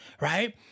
Right